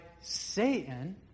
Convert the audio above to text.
Satan